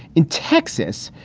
in texas,